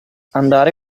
andare